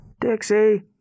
Dixie